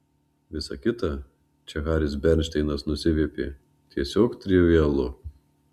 visa kita čia haris bernšteinas nusiviepė tiesiog trivialu